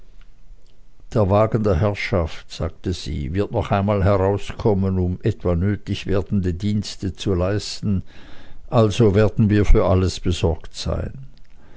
der wagen der herrschaft sagte sie wird noch einmal herauskommen um etwa nötig werdende dienste zu leisten also werden wir für alles besorgt sein